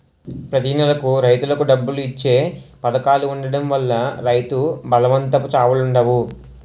ప్రతి నెలకు రైతులకు డబ్బులు ఇచ్చే పధకాలు ఉండడం వల్ల రైతు బలవంతపు చావులుండవు